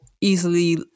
easily